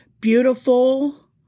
Beautiful